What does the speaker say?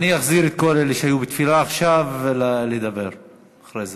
אני אחזיר את כל אלו שהיו בתפילה עכשיו לדבר אחרי זה.